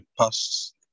past